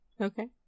Okay